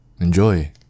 enjoy